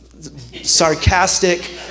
sarcastic